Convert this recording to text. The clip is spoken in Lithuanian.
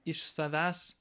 iš savęs